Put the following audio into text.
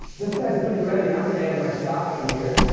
this guy's pretty ready. and i'm gonna add my stock in here.